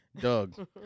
Doug